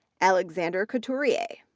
alexander couturier,